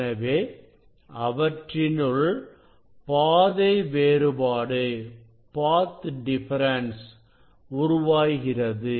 எனவே அவற்றினுள் பாதை வேறுபாடு உருவாகிறது